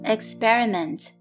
Experiment